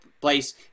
place